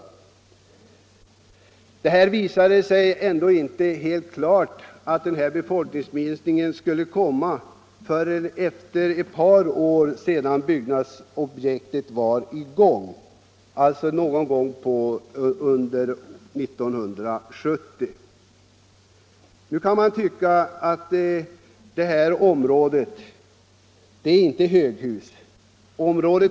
Men det var inte fullt klart att vi skulle få en sådan befolkningsminskning förrän byggnadsproduktionen hade pågått ett par år, dvs. någon gång under 1970. Det område som det här gäller är inte något höghusområde.